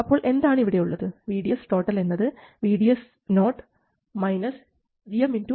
അപ്പോൾ എന്താണ് ഇവിടെയുള്ളത് VDS എന്നത് VDS0 gmRD ║ RL vi ആണ്